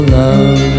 love